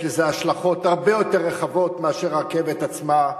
יש לזה השלכות הרבה יותר רחבות מאשר הרכבת עצמה.